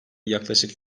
yaklaşık